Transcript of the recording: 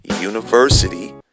University